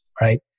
Right